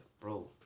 bro